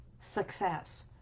success